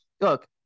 look